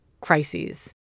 crises